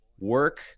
work